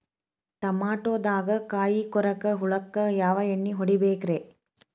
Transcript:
ಟಮಾಟೊದಾಗ ಕಾಯಿಕೊರಕ ಹುಳಕ್ಕ ಯಾವ ಎಣ್ಣಿ ಹೊಡಿಬೇಕ್ರೇ?